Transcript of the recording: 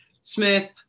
Smith